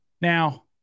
Now